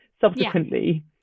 subsequently